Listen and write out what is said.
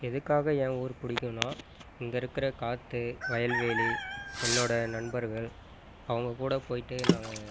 எதுக்காக ஏ என் ஊர் பிடிக்குன்னா இங்கே இருக்கிற காற்று வயல்வெளி என்னோடய நண்பர்கள் அவங்கக்கூட போயிட்டு நாங்கள்